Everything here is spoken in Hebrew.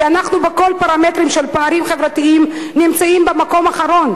כי בכל פרמטר של פערים חברתיים אנחנו נמצאים במקום האחרון.